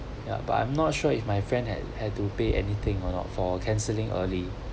ya but I'm not sure if my friend had had to pay anything or not for canceling early